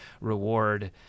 reward